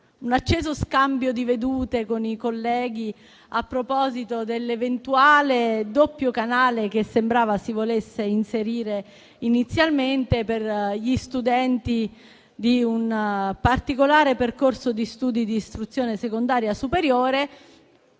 un acceso scambio di vedute con i colleghi a proposito dell'eventuale doppio canale che sembrava si volesse inserire inizialmente per gli studenti di un particolare percorso di studi di istruzione secondaria superiore,